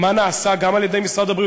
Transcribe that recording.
מה נעשה גם על-ידי משרד הבריאות,